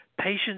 patients